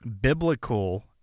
biblical